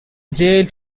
jailed